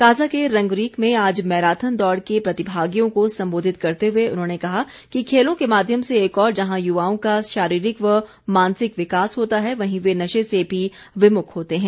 काज़ा के रंगरीक में आज मैराथन दौड़ के प्रतिभागियों को संबोधित करते हए उन्होंने कहा कि खेलों के माध्यम से एक ओर जहां युवाओं का शारीरिक व मानसिक विकास होता है वहीं वे नशे से भी विमुख होते हैं